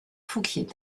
fouquier